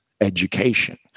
education